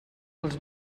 els